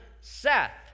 Seth